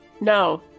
No